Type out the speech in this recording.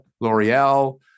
L'Oreal